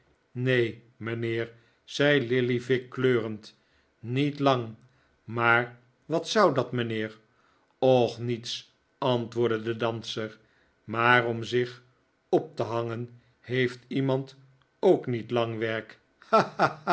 neen mijnheer zei lillyvick kleurend niet lang maar wat zou dat mijnheer och niets antwoordde de danser maar om zich op te hangen heeft iemand ook niet lang werk